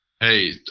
Hey